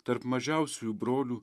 tarp mažiausiųjų brolių